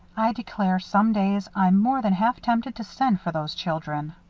i declare, some days, i'm more than half tempted to send for those children.